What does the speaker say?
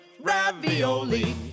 ravioli